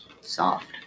Soft